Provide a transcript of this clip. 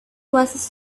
was